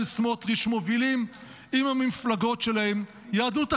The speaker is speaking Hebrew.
סמוטריץ' מובילים עם המפלגות שלהם יהדות אחרת,